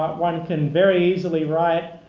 one can very easily write